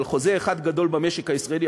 אבל חוזה אחד גדול במשק הישראלי,